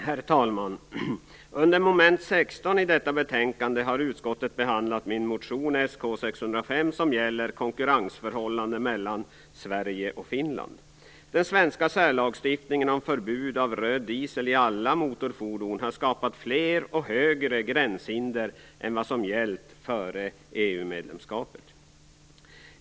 Herr talman! Under mom. 16 i detta betänkande har utskottet behandlat min motion 1996/97:Sk605 Den svenska särlagstiftningen om förbud att använda röd diesel i alla motorfordon har skapat fler och högre gränshinder än vad som gällde före EU medlemskapet.